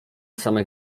same